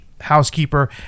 housekeeper